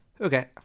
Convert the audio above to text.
Okay